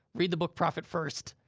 read the book profit first.